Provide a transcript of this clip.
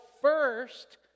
first